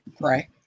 Right